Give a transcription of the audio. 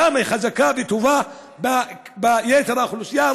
למה היא חזקה וטובה ביתר האוכלוסייה,